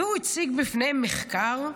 והוא הציג בפניהם מחקר.